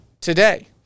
today